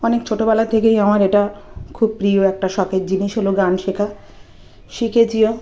অনেক ছোটোবেলা থেকেই আমার এটা খুব প্রিয় একটা শখের জিনিস হলো গান শেখা শিখেছিও